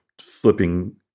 flipping